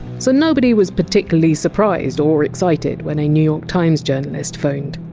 so nobody was particularly surprised or excited when a new york times journalist phoned